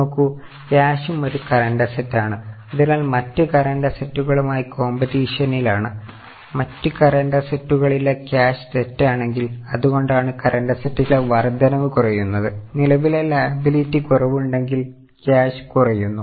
നോക്കൂ ക്യാഷും ഒരു കറന്റ് അസറ്റാണ് അതിനാൽ മറ്റ് കറന്റ് അസറ്റുകളുമായി കൊമ്പറ്റീഷനിൽ ആണ് മറ്റ് കറന്റ് അസറ്റുകലിലെ ക്യാഷ് തെറ്റാണെങ്കിൽ അതുകൊണ്ടാണ് കറന്റ് അസറ്റിലെ വർദ്ധനവ് കുറയുന്നത് നിലവിലെ ലയബിലിറ്റി കുറവുണ്ടെങ്കിൽ ക്യാഷ് കുറയുന്നു